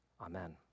Amen